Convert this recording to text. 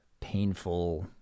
painful